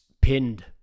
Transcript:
pinned